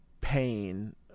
pain